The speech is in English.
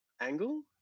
angle